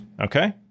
okay